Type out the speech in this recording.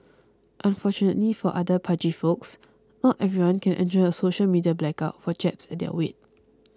unfortunately for other pudgy folks not everyone can enjoy a social media blackout for jabs at their weight